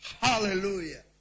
Hallelujah